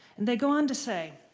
and they go on to say,